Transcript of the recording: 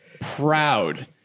proud